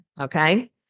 Okay